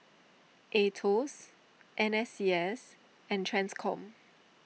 Aetos N S C S and Transcom